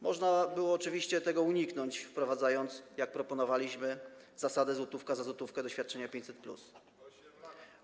Można było oczywiście tego uniknąć, wprowadzając, jak proponowaliśmy, zasadę złotówka za złotówkę do świadczenia 500+.